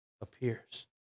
appears